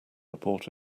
report